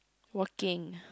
working